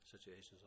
Situations